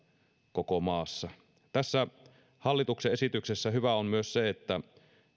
koko maassa tässä hallituksen esityksessä hyvää on myös se että